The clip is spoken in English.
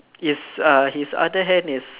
is uh his other hand is